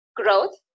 growth